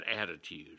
attitude